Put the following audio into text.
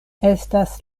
estas